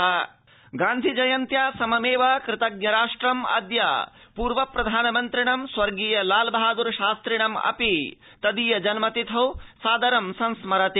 शास्त्री जन्मतिथि गान्धि जयन्त्या सममेव कृतज्ञराष्ट्रम् अद्य पूर्व प्रधानमन्त्रिणं स्वर्गीय लालबहादर शास्रिणम् अपि तदीय जन्मतिथौ सादर संस्मरति